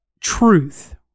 Truth